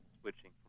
switching